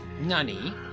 Nani